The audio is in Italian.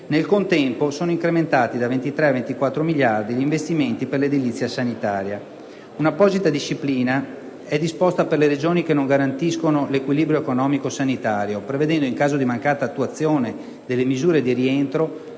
Nel contempo, sono incrementati da 23 a 24 miliardi gli investimenti per l'edilizia sanitaria. Un'apposita disciplina è disposta per le Regioni che non garantiscono l'equilibrio economico sanitario, prevedendo, in caso di mancata attuazione delle misure di rientro,